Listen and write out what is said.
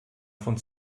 von